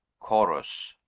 chorus,